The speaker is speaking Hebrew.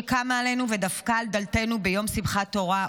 שקמה עלינו ודפקה על דלתנו ביום שמחת תורה,